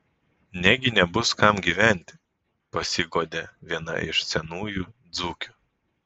negi nebus kam gyventi pasiguodė viena iš senųjų dzūkių